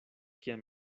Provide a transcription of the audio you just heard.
kiam